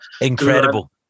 Incredible